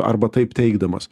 arba taip teigdamas